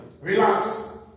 Relax